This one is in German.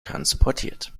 transportiert